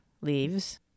leaves